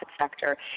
sector